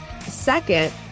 Second